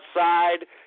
outside